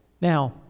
Now